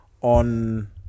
on